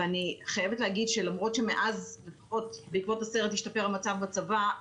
ואני חייבת להגיד שלמרות שבעקבות הסרט השתפר המצב בצבא,